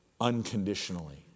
unconditionally